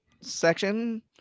section